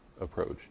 approach